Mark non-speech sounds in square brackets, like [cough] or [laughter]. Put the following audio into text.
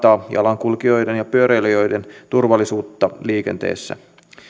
[unintelligible] on tehokas tapa parantaa jalankulkijoiden ja pyöräilijöiden turvallisuutta liikenteessä